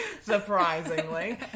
surprisingly